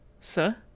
Sir